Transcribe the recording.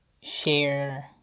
share